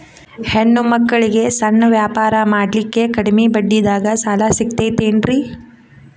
ಹೆಣ್ಣ ಮಕ್ಕಳಿಗೆ ಸಣ್ಣ ವ್ಯಾಪಾರ ಮಾಡ್ಲಿಕ್ಕೆ ಕಡಿಮಿ ಬಡ್ಡಿದಾಗ ಸಾಲ ಸಿಗತೈತೇನ್ರಿ?